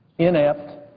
inept